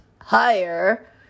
higher